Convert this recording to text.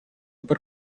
per